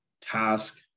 task